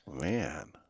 Man